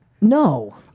No